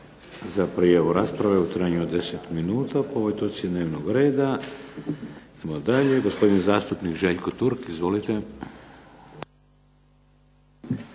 za prijavu rasprave u trajanju od 10 minuta po ovoj točci dnevnog reda. Idemo dalje. Gospodin zastupnik Željko Turk. Izvolite.